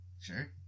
Sure